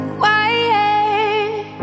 quiet